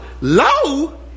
Low